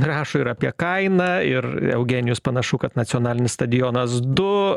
rašo ir apie kainą ir eugenijus panašu kad nacionalinis stadionas du